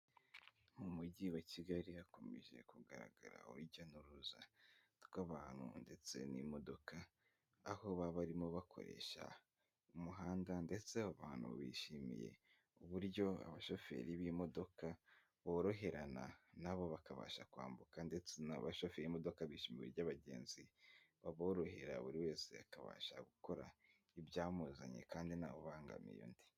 Mu mujyi wa Kigali hakomeje kugaragara urujya n'uruza rw'abantu ndetse n'imodoka, aho baba barimo bakoresha umuhanda ndetse abantu bishimiye uburyo abashoferi b'imodoka boroherana na bo bakabasha kwambuka, ndetse n'abashoferi b'imodoka bishimira uburyo abagenzi baborohera, buri wese akabasha gukora ibyamuzanye kandi nta we ubangamiye undi.